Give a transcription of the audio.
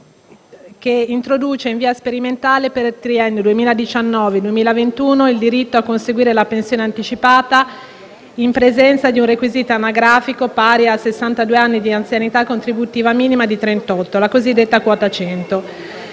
che introduce in via sperimentale, per il triennio 2019-2021, il diritto a conseguire la pensione anticipata in presenza di un requisito anagrafico pari a sessantadue anni e di un'anzianità contributiva minima di trentotto anni (la cosiddetta quota 100).